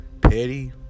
petty